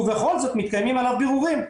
ובכל זאת מתקיימים עליו בירורים.